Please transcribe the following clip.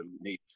need